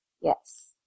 Yes